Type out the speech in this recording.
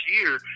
year